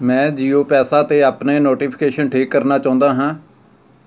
ਮੈਂ ਜੀਓ ਪੈਸਾ 'ਤੇ ਆਪਣੇ ਨੋਟੀਫਿਕੇਸ਼ਨਸ ਠੀਕ ਕਰਨਾ ਚਾਹੁੰਦਾ ਹਾਂ